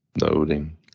loading